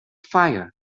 fire